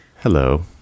hello